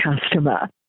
customer